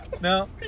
no